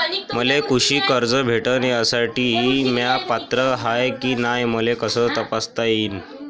मले कृषी कर्ज भेटन यासाठी म्या पात्र हाय की नाय मले कस तपासता येईन?